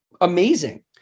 amazing